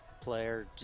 player